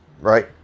right